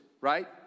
right